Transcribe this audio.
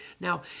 Now